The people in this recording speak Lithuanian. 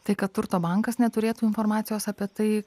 tai kad turto bankas neturėtų informacijos apie tai